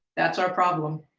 that's our problem,